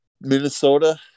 Minnesota